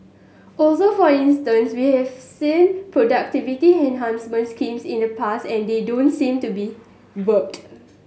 also for instance we have seen productivity enhancement schemes in the past and they don't seem to be worked